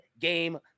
Game